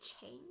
change